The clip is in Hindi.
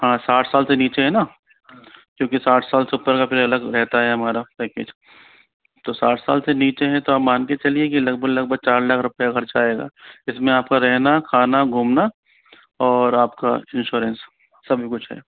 हाँ साठ साल से नीचे है न क्योंकि साठ साल से ऊपर का फ़िर अलग रहता है हमारा पैकेज तो साठ साल से नीचे है तो आप मान कर चलिए लगभग लगभग चार लाख रूपए का खर्चा आएगा इसमें आपका रहना खाना घूमना और आपका इंश्योरेंस सभी कुछ है